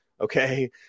okay